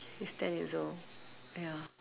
he's ten years old ya